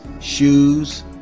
shoes